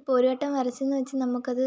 ഇപ്പോൾ ഒരു വട്ടം വരച്ചു എന്നു നമുക്കത്